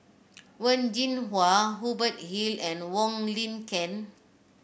Wen Jinhua Hubert Hill and Wong Lin Ken